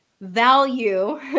value